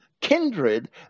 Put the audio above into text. kindred